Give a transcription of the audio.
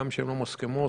גם שהם לא מוסכמות,